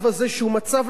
שהוא מצב לא קל,